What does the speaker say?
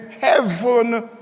heaven